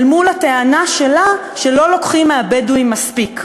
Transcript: אל מול הטענה שלה שלא לוקחים מהבדואים מספיק.